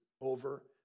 over